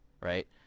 right